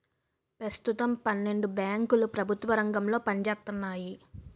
పెస్తుతం పన్నెండు బేంకులు ప్రెభుత్వ రంగంలో పనిజేత్తన్నాయి